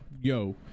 yo